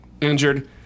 injured